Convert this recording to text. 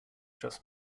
trust